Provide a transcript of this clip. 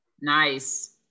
Nice